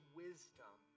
wisdom